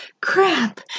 crap